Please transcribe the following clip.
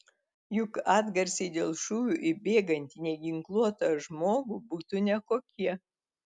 juk atgarsiai dėl šūvių į bėgantį neginkluotą žmogų būtų nekokie